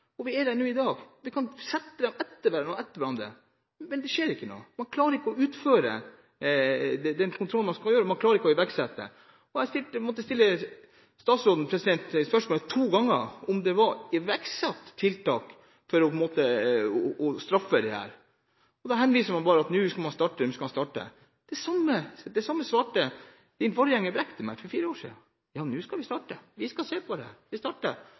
er vi i dag. Man kan sette rapportene etter hverandre, men ingenting skjer. Man klarer ikke å utføre den kontrollen man skal – man klarer ikke å iverksette. Jeg måtte stille statsråden spørsmålet to ganger, om det var iverksatt tiltak for å straffe dette. Han svarer: Nå skal man starte, nå skal man starte. Det samme svarte forgjengeren, Lars Peder Brekk, meg for fire år siden: Nå skal vi starte. Vi skal se på det. Nå er vi